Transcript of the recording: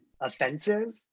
offensive